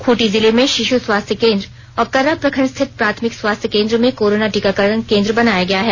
खूंटी जिले में शिशु स्वास्थ्य केंद्र और कर्रा प्रखंड स्थित प्राथमिक स्वास्थ्य केंद्र में कोरोना टीकाकरण केंद्र बनाया गया है